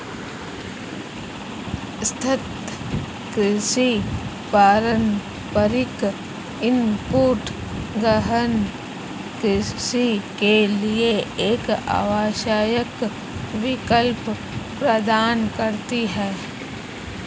सतत कृषि पारंपरिक इनपुट गहन कृषि के लिए एक आवश्यक विकल्प प्रदान करती है